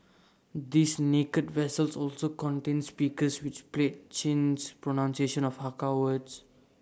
these 'naked' vessels also contain speakers which play Chin's pronunciation of Hakka words